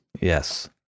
yes